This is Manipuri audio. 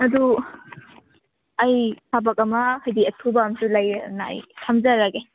ꯑꯗꯨ ꯑꯩ ꯊꯕꯛ ꯑꯃ ꯍꯥꯏꯗꯤ ꯑꯊꯨꯕ ꯑꯝꯁꯨ ꯂꯩ ꯑꯗꯨꯅ ꯑꯩ ꯊꯝꯖꯔꯒꯦ